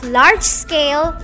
large-scale